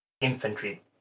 infantry